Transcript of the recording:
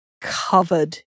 covered